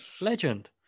Legend